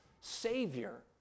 savior